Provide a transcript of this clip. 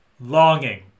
Longing